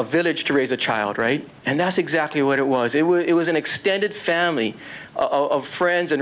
village to raise a child right and that's exactly what it was it was it was an extended family of friends and